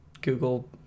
Google